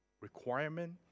requirement